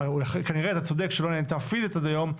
כנראה אתה צודק שלא נענתה פיזית עד היום,